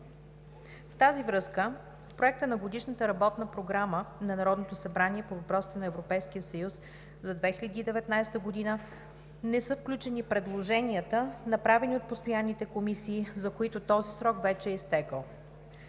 В тази връзка, в Проекта на Годишната работна програма на Народното събрание по въпросите на Европейския съюз за 2019 г. не са включени предложенията, направени от постоянните комисии, за които този срок вече е изтекъл.